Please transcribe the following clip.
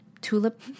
tulip